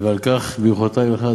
ועל כך ברכותי לך,